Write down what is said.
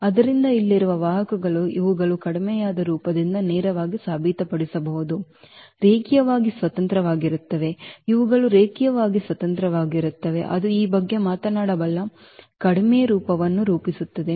ಆದ್ದರಿಂದ ಇಲ್ಲಿರುವ ಈ ವಾಹಕಗಳು ಇವುಗಳು ಕಡಿಮೆಯಾದ ರೂಪದಿಂದ ನೇರವಾಗಿ ಸಾಬೀತುಪಡಿಸಬಹುದು ರೇಖೀಯವಾಗಿ ಸ್ವತಂತ್ರವಾಗಿರುತ್ತವೆ ಇವುಗಳು ರೇಖೀಯವಾಗಿ ಸ್ವತಂತ್ರವಾಗಿರುತ್ತವೆ ಅದು ಈ ಬಗ್ಗೆ ಮಾತನಾಡಬಲ್ಲ ಕಡಿಮೆ ರೂಪವನ್ನು ರೂಪಿಸುತ್ತದೆ